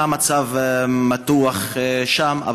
המצב מתוח שם,